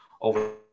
over